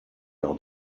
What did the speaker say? leur